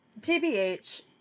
TBH